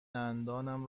دندانم